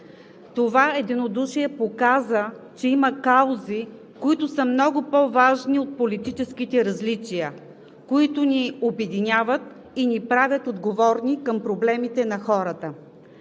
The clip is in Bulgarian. Това единодушие показа, че има каузи, които са много по-важни от политическите различия, които ни обединяват и ни правят отговорни към проблемите на хората.